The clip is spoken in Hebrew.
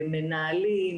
מנהלים,